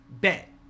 Bet